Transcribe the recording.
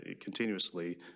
continuously